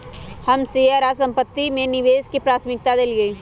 हम शेयर आऽ संपत्ति में निवेश के प्राथमिकता देलीयए